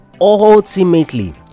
ultimately